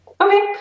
okay